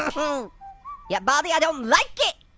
um yeah baldi, i don't like it.